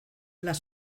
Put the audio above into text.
las